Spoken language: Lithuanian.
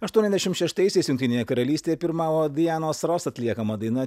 aštuoniasdešimt šeštaisiais jungtinėje karalystėje pirmavo dianos ros atliekama daina